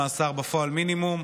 עונש מאסר בפועל מינימום.